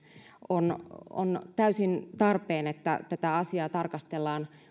on on täysin tarpeen että tätä asiaa tarkastellaan